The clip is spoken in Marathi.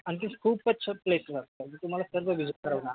आणखी खूपच प्लेस सर तुम्हाला सर्व व्हीजिट करवणार